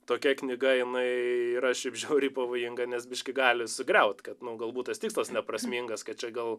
tokia knyga jinai yra šiaip žiauriai pavojinga nes biški gali sugriaut kad galbūt tas tikslas neprasmingas kad čia gal